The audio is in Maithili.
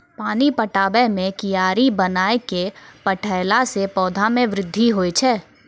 पानी पटाबै मे कियारी बनाय कै पठैला से पौधा मे बृद्धि होय छै?